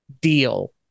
deal